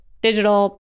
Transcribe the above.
digital